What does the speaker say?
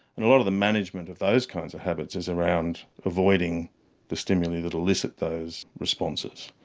and a lot of the management of those kinds of habits is around avoiding the stimuli that elicit those responses.